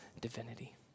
divinity